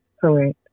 Correct